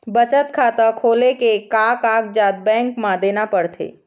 बचत खाता खोले ले का कागजात बैंक म देना पड़थे?